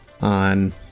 on